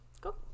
Go